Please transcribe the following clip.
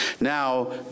Now